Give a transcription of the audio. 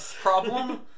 problem